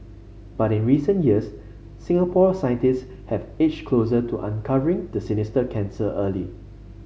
but in recent years Singapore scientist have edged closer to uncovering the sinister cancer early